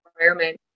environment